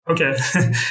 Okay